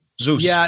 Zeus